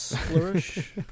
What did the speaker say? flourish